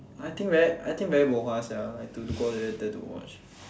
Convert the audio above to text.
I think very I think very bo hua sia like to go all the way there to watch